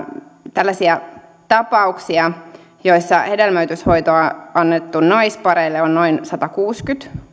tällaisia tapauksia joissa hedelmöityshoitoa on annettu naispareille on noin satakuusikymmentä